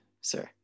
sir